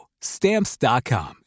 Stamps.com